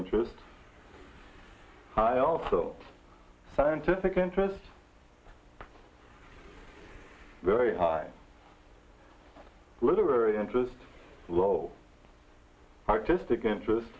interests i also scientific interests very high literary interest lol artistic interests